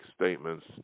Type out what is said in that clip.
statements